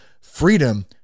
freedom